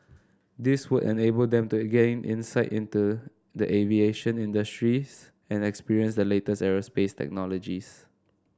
this would enable them to again insight into the aviation industries and experience the latest aerospace technologies